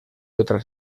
otras